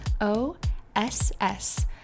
O-S-S